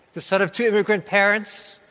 the son of two immigrant parents